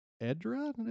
Edra